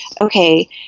Okay